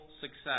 success